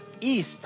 East